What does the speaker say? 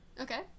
Okay